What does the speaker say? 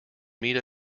meet